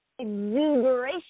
Exuberation